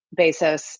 Bezos